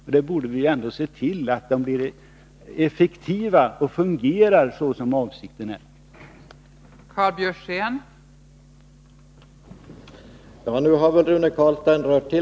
Vi borde ändå se till att bestämmelserna fungerar så effektivt som avsikten var när vi införde dem.